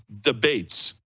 debates